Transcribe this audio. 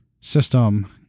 system